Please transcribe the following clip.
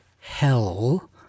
hell